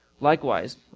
Likewise